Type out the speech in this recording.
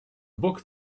book